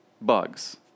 bugs